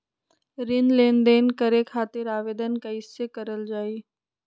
ऋण लेनदेन करे खातीर आवेदन कइसे करल जाई?